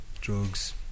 drugs